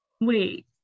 wait